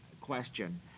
question